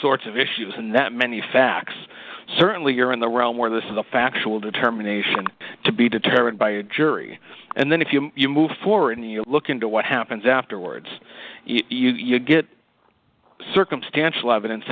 sorts of issues and that many facts certainly are in the realm where this is a factual determination to be determined by a jury and then if you move forward and you look into what happens afterwards you get circumstantial evidence